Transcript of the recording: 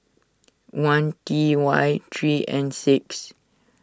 one T Y three N six